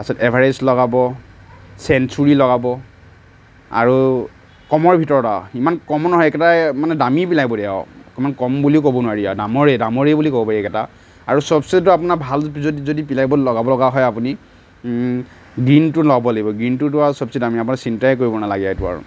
তাৰপাছত এভাৰেষ্ট লগাব চেনছুৰী লগাব আৰু কমৰ ভিতৰত আৰু ইমান কমো নহয় এইকেইটাই মানে দামী প্লাই বৰ্ডে আৰু অকমাণ কম বুলি ক'ব নোৱাৰি আৰু দামৰে দামৰেই বুলি ক'ব পাৰি এইকেইটা আৰু চবচেতো আপোনাৰ ভাল যদি যদি প্লাই বৰ্ড লগাব লগা হয় আপুনি গ্ৰীণটো লগাব লাগিব গ্ৰীণটোটো আৰু চবচে দামী আপুনি চিন্তাই কৰিব নালাগে সেইটো আৰু